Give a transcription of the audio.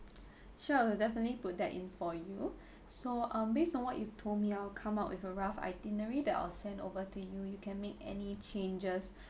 sure I will definitely put that in for you so um based on what you told me I'll come up with a rough itinerary that I'll send over to you you can make any changes